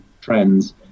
trends